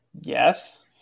Yes